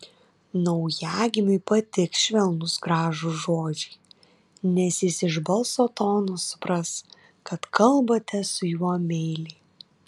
naujagimiui patiks švelnūs gražūs žodžiai nes jis iš balso tono supras kad kalbate su juo meiliai